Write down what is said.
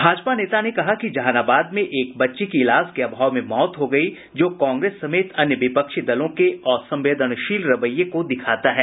भाजपा नेता ने कहा कि जहानाबाद में एक बच्ची की इलाज के अभाव में मौत हो गयी जो कांग्रेस समेत अन्य विपक्षी दलों के असंवेदनशील रवैये को दिखाता है